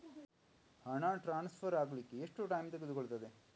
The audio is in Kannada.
ಹಣ ಟ್ರಾನ್ಸ್ಫರ್ ಅಗ್ಲಿಕ್ಕೆ ಎಷ್ಟು ಟೈಮ್ ತೆಗೆದುಕೊಳ್ಳುತ್ತದೆ?